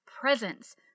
presence